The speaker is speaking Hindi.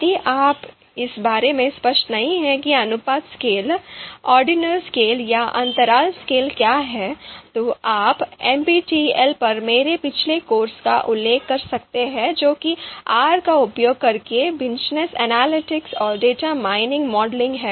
यदि आप इस बारे में स्पष्ट नहीं हैं कि अनुपात स्केल ऑर्डिनल स्केल या अंतराल स्केल क्या है तो आप एनपीटीईएल पर मेरे पिछले कोर्स का उल्लेख कर सकते हैं जो कि आर का उपयोग करके बिजनेस एनालिटिक्स और डेटा माइनिंग मॉडलिंग है